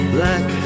Black